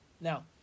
Now